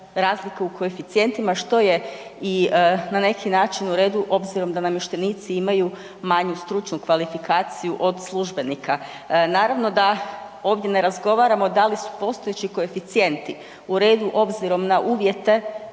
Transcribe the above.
razlike u koeficijentima što je i na neki način u redu obzirom da namještenici imaju manju stručnu kvalifikaciju od službenika. Naravno da ovdje ne razgovaramo da li su postojeći koeficijenti u redu obzirom na uvjete